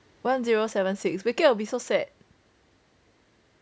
one zero seven six will be so sad